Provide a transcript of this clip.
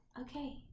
okay